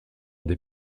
des